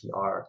PR